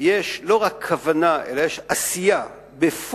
יש לא רק כוונה אלא יש עשייה בפועל,